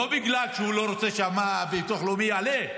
לא בגלל שהוא לא רוצה שביטוח לאומי יעלה,